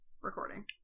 recording